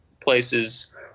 places